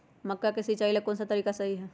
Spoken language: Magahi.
मक्का के सिचाई ला कौन सा तरीका सही है?